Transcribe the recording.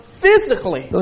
physically